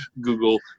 Google